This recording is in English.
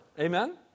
Amen